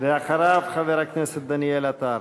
ואחריו, חבר הכנסת דניאל עטר.